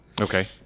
okay